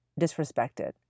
disrespected